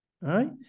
right